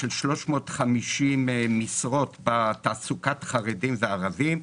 350 משרות בתעסוקת חרדים וערבים,